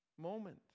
moment